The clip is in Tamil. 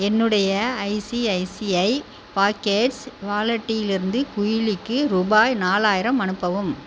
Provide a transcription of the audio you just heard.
என்னுடைய ஐசிஐசிஐ பாக்கெட்ஸ் வாலெட்டிலிருந்து குயிலிக்கு ரூபாய் நாலாயிரம் அனுப்பவும்